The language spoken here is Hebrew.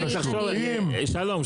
שלום,